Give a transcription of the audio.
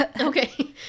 okay